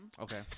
okay